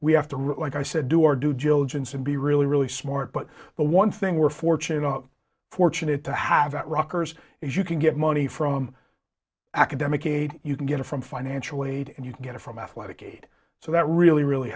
we have to like i said do our due diligence and be really really smart but the one thing we're fortunate fortunate to have at rockers is you can get money from academic a you can get it from financial aid and you can get it from athletic aid so that really really